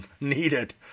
needed